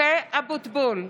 (קוראת בשמות חברי הכנסת) משה אבוטבול,